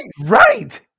right